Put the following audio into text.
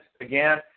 again